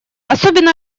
особенно